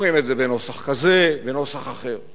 אומרים את זה בנוסח כזה, בנוסח אחר,